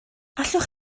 allwch